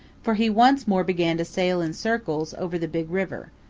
for he once more began to sail in circles over the big river,